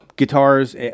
Guitars